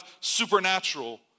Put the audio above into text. supernatural